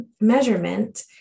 measurement